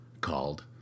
called